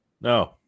No